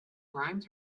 rhymes